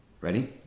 Ready